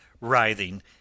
writhing